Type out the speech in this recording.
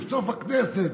סוף הכנסת,